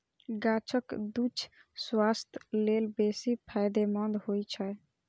गाछक दूछ स्वास्थ्य लेल बेसी फायदेमंद होइ छै